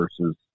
versus